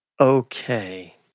Okay